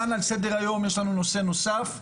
כאן על סדר היום יש לנו נושא נוסף.